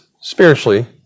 spiritually